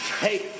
Hey